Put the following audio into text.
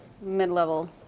mid-level